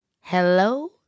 Hello